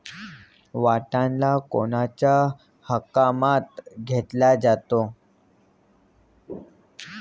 वाटाणा हा कोणत्या हंगामात घेतला जातो?